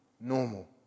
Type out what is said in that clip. normal